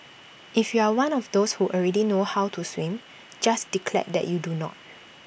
if you are one of those who already know how to swim just declare that you do not